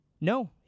No